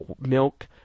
milk